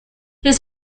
his